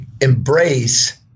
embrace